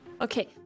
okay